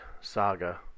saga